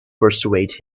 persuade